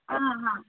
ಹಾಂ ಹಾಂ